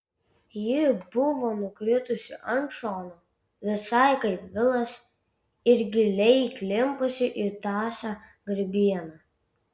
ji buvo nukritusi ant šono visai kaip vilas ir giliai įklimpusi į tąsią grybieną